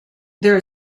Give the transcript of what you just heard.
there